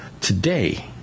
today